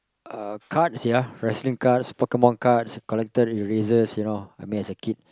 uh cards yeah wrestling cards Pokemon cards collected erasers you know I mean as a kid